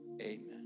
amen